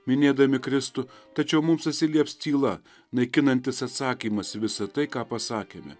minėdami kristų tačiau mums atsilieps tyla naikinantis atsakymas visa tai ką pasakėme